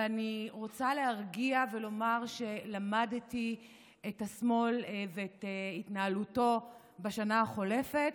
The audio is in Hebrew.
ואני רוצה להרגיע ולומר שלמדתי את השמאל ואת התנהלותו בשנה החולפת.